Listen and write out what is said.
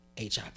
HIV